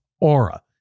Aura